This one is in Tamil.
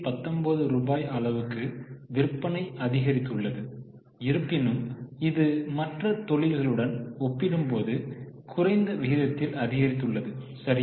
19 ரூபாய் அளவுக்கு விற்பனை உயர்ந்துள்ளது இருப்பினும் இது மற்ற தொழில்களுடன் ஒப்பிடும்போது குறைந்த விகிதத்தில் அதிகரித்துள்ளது சரியா